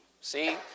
See